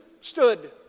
stood